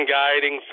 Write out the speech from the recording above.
guiding